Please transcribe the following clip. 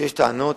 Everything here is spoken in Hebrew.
כשיש טענות,